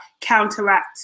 counteract